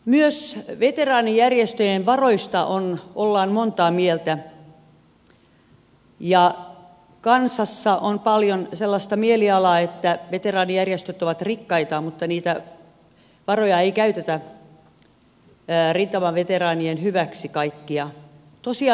myös veteraanijärjestöjen varoista ollaan montaa mieltä ja kansassa on paljon sellaista mielialaa että veteraanijärjestöt ovat rikkaita mutta kaikkia niitä varoja ei käytetä rintamaveteraanien hyväksi